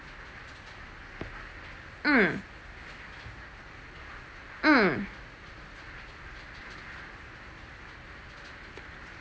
mm mm